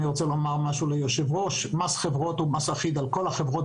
אני רוצה לומר ליושב-ראש שמס חברות הוא מס אחיד על כל החברות